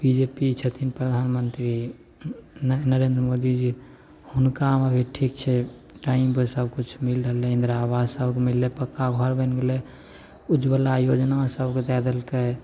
B J P छथिन प्रधानमन्त्री नरेन्द्र मोदीजी हुनकामे अभी ठीक छै टाइमपर सबकिछु मिलि रहलै इन्दिरा आवास मिललै पक्का घर मिललै उज्ज्वला योजना सभकेँ दै देलकै